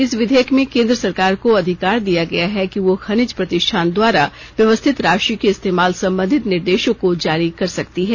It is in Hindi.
इस विधेयक में केन्द्र सरकार को अधिकार दिया गया है कि वह खनिज प्रतिष्ठान द्वारा व्यवस्थित राशि के इस्तेमाल संबंधित निर्देशों को जारी कर सकती है